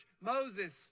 Moses